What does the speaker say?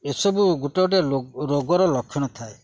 ଏସବୁ ଗୋଟେ ଗୋଟେ ରୋ ରୋଗର ଲକ୍ଷଣ ଥାଏ